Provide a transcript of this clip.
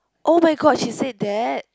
oh-my-god she said that